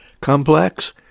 Complex